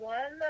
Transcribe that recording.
One